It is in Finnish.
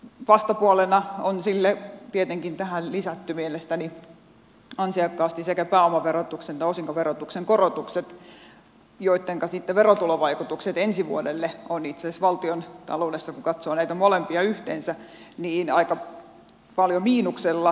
vastapuolena sille on tietenkin tähän lisätty mielestäni ansiokkaasti sekä pääomaverotuksen että osinkoverotuksen korotukset joitten verotulovaikutukset ensi vuodelle ovat itse asiassa valtiontaloudessa kun katsoo näitä molempia yhteensä aika paljon miinuksella